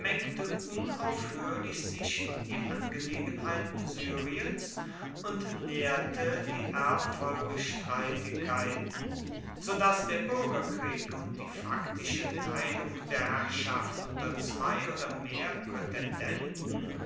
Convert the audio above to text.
unaufhörlich sich in die angelegenheiten syriens und nährte die erbfolgestreitigkeiten so daß der bürgerkrieg und die faktische teilung der herrschaft unter zwei oder